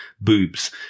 Boobs